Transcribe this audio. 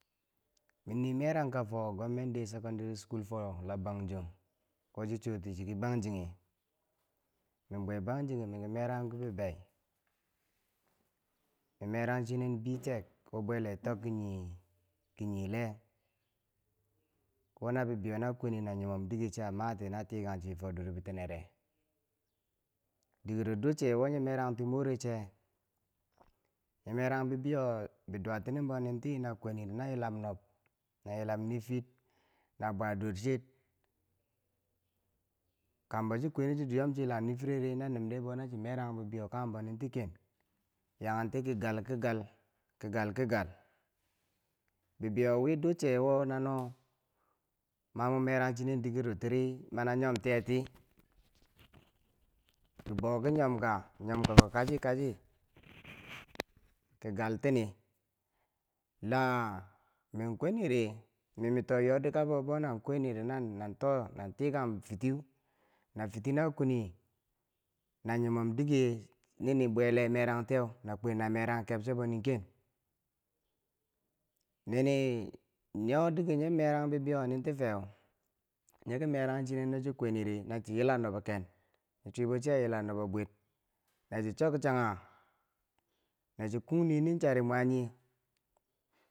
Min nii merangka fo Government Day Secondary for lo Bangjong wo chi chuwoti ki bangjinghe, min bwe bangjinghe miki meranghum kii bibei min merangchinen B- Tech wo bwele tok ki nye le wona bibeiyo na kwenung na yumum dike chiya mati na tiikenchiye fo dor bitinere, dikero duche wo nyen merankgti mureche. nye rang bibeiyo biduwartinin bo ninti na kweniri na yilam nob na yilam nifir na bwa dorcher, kambo chi kweni chi duyom chi yilam nifire ri na nimde bou na chi merang bi biyo kanghembo nen ti ken yakenti ki gall ki gall ki gall ki gall bibeiyo wi duchewo na no, mamo merang chinen dikero tiri, mana yomtiyeti kibouki yomka, nyomka ko, kachi kachi ki galtinii la min kweni ri mi min to yoddi kabo bonang kwiniri nan nan too nan tikang fitiu, na fitiu na kweni na nyumum dike nini bwe lee merang tiyeu na kwen na merang keb chebonin ken ni ni nyo dike nyo merang bibiyowo nin ti feu nyiki merang chinen no chi kwini ri nachi yilam nubo ken, nyi chwibo chiya yila nubo bwir, na chi chok changha nachi kung ninen chare mwanghye.